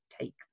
take